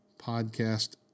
podcast